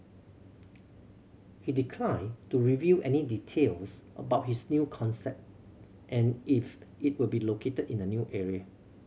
he declined to reveal any details about his new concept and if it will be located in a new area